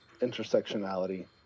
intersectionality